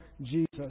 Jesus